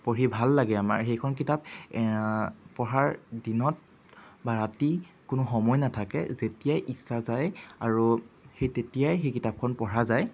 পঢ়ি ভাল লাগে আমাৰ সেইখন কিতাপ পঢ়াৰ দিনত বা ৰাতি কোনো সময় নাথাকে যেতিয়াই ইচ্ছা যায় আৰু সেই তেতিয়াই সেই কিতাপখন পঢ়া যায়